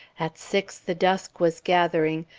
at six the dusk was gathering,